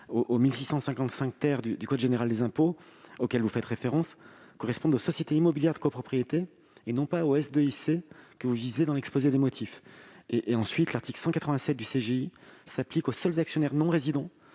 1655 du code général des impôts, auquel vous faites référence, correspondent aux sociétés immobilières de copropriété et non pas aux SIIC que vous visez dans l'objet de l'amendement. Ensuite, l'article 187 du CGI s'applique aux seuls actionnaires non-résidents,